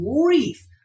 grief